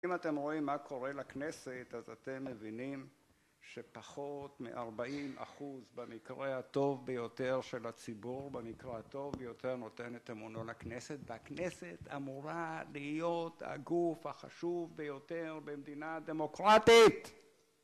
אם אתם רואים מה קורה לכנסת, אז אתם מבינים שפחות מ-40 אחוז במקרה הטוב ביותר של הציבור, במקרה הטוב ביותר נותן את אמונו לכנסת והכנסת אמורה להיות הגוף החשוב ביותר במדינה דמוקרטית